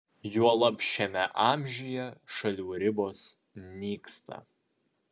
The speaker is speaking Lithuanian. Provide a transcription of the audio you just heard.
juolab šiame amžiuje šalių ribos nyksta